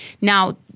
Now